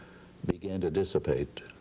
began to dissipate,